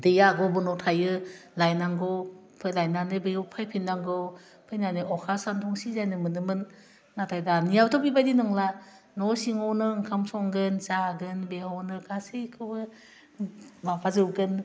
दैया गुबुनाव थायो लायनांगौ फाय लायनानै बेयाव फैफिन नांगौ फैनानै अखा सान्दुं सिजानो मोनोमोन नाथाय दानियावथ' बेबायदि नंला न' सिङावनो ओंखाम संगोन जागोन बेयावनो गासैखौबो माबाजोबगोन